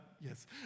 Yes